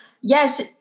yes